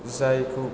जायखौ